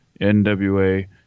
NWA